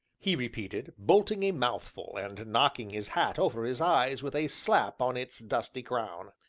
he repeated, bolting a mouthful and knocking his hat over his eyes with a slap on its dusty crown.